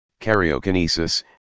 karyokinesis